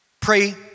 Pray